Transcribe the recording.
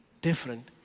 different